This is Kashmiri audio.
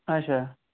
اچھا